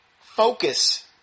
focus